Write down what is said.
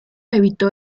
evitó